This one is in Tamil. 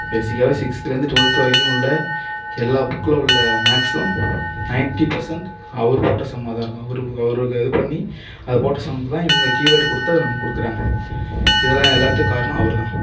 பேஸிக்காகவே சிக்ஸ்த்துலேருந்து ட்வெல்த்து வரைக்கும் உள்ள எல்லா புக்கில் உள்ள மேக்ஸும் நைன்ட்டி பர்சண்ட் அவரு போட்ட சம்மா தான் இருக்கும் அவரு அவரு இது பண்ணி அதை போட்ட சம்முக்கு தான் இவங்க கீவேர்டு கொடுத்து அதை நமக்கு கொடுக்கறாங்க இதெல்லாம் எல்லாத்துக்கும் காரணம் அவரு தான்